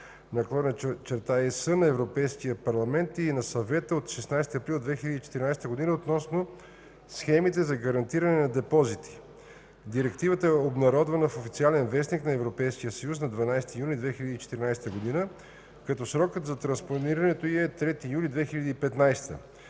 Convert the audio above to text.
2014/49/ЕС на Европейския парламент и на Съвета от 16 април 2014 г. относно схемите за гарантиране на депозити. Директивата е обнародвана в „Официален вестник” на Европейския съюз на 12 юни 2014 г., като срокът за транспонирането й е 3 юли 2015 г.